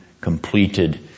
completed